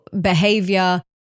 behavior